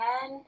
ten